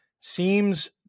seems